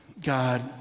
God